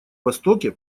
востоке